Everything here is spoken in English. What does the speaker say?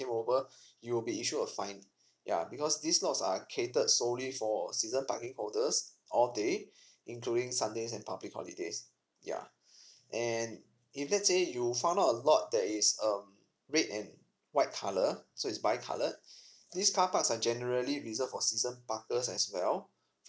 came over you will be issued a fine ya because these laws are catered solely for season parking holders all day including sunday and public holidays yeah and if let's say you found out a lot that is um red and white colour so is bicoloured these carparks are generally reserved for season parkers as well